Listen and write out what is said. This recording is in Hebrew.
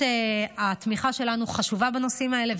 התמיכה שלנו חשובה בנושאים האלה,